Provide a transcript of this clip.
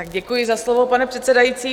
Děkuji za slovo, pane předsedající.